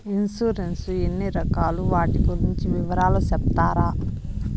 Insurance ఎన్ని రకాలు వాటి గురించి వివరాలు సెప్తారా?